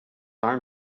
arm